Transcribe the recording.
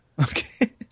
Okay